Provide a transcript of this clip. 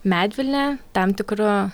medvilnė tam tikru